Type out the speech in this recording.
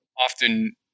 often